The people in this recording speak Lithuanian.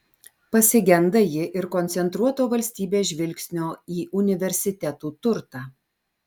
pasigenda ji ir koncentruoto valstybės žvilgsnio į universitetų turtą